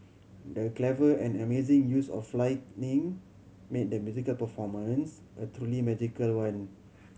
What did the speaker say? the clever and amazing use of lighting made the musical performance a truly magical one